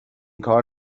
کار